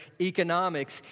economics